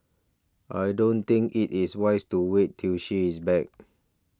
I don't think it is wise to wait till she is back